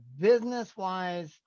business-wise